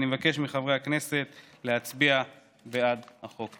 אני מבקש מחברי הכנסת להצביע בעד החוק.